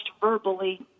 verbally